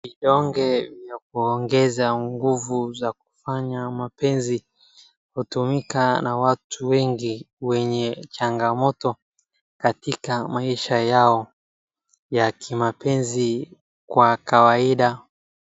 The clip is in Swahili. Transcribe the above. Kidonge cha kuongeza nguvu za kufanya mapenzi. Hutumika na watu wengi wenye changamoto katika maisha yao ya kimapenzi kwa kawaida.